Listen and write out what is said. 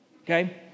Okay